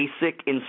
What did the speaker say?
Basic